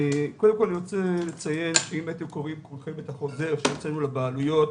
הייתם קוראים כולכם את החוזר שהוצאנו לבעלויות,